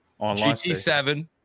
GT7